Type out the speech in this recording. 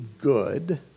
good